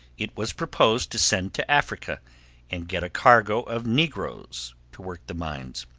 it was proposed to send to africa and get a cargo of negroes to work the mines.